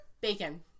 Bacon